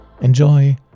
enjoy